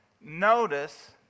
notice